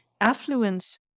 affluence